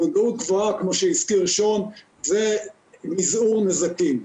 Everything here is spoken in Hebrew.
מודעות גבוהה, כמו שהזכיר שון, זה מזעור נזקים.